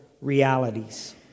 realities